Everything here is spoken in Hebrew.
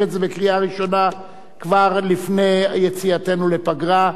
את זה בקריאה ראשונה כבר לפני יציאתנו לפגרה.